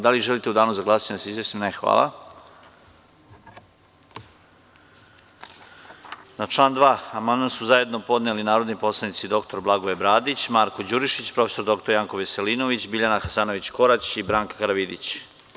Da li želite u danu za glasanje da se izjasnite. (Ne) Na član 2. amandman su zajedno podneli narodni poslanici dr Blagoje Bradić, Marko Đurišić, prof. dr Janko Veselinović, Biljana Hasanović Korać i Branka Karavidić.